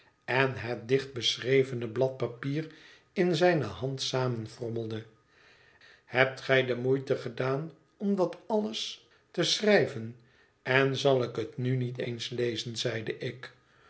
en het dicht beschrevene blad papier in zijne hand samenfrommelde hebt gij de moeite gedaan om dat alles te schrijven en zal ik het nu niet eens lezen zeide ik